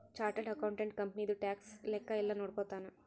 chartered accountant ಕಂಪನಿದು tax ಲೆಕ್ಕ ಯೆಲ್ಲ ನೋಡ್ಕೊತಾನ